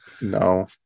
No